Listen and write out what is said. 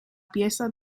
pieza